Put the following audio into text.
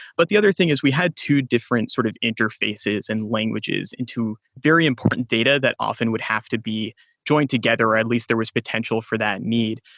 but the other thing is we had two different sort of interfaces and languages into very important data that often would have to be joined together or at least there was potential for that need.